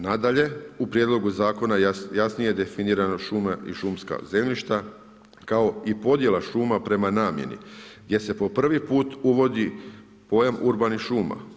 Nadalje, u prijedlogu zakona jasno je definirano šuma i šumska zemljišta, kao i podjela šuma prema namjeni gdje se po prvi put uvodi pojam urbanih šuma.